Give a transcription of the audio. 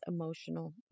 emotional